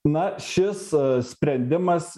na šis sprendimas